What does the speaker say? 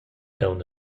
aunc